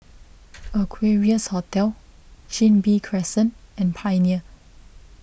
Equarius Hotel Chin Bee Crescent and Pioneer